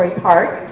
part.